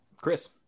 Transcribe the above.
Chris